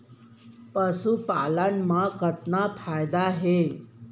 पशुपालन मा कतना फायदा हे?